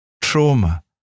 trauma